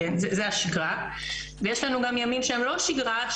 זה השגרה ויש לנו גם ימים שהם לא שגרה,